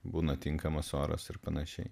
būna tinkamas oras ir panašiai